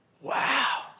Wow